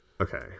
Okay